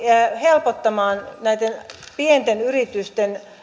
helpottamaan pienten yritysten